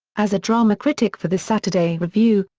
as a drama critic for the saturday review,